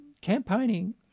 campaigning